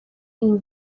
این